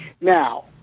Now